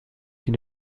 une